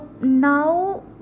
Now